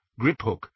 Griphook